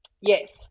Yes